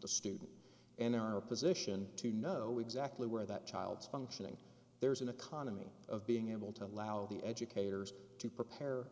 the student and are a position to know exactly where that child's functioning there's an economy of being able to allow the educators to prepare